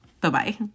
Bye-bye